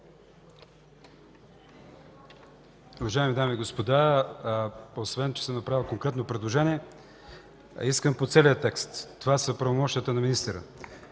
Уважаеми дами и господа, освен че съм направил конкретно предложение, искам да кажа по целия текст – това са правомощията на министъра.